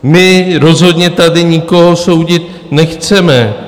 My rozhodně tady nikoho soudit nechceme.